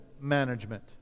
Management